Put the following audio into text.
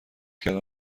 کردن